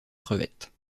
crevettes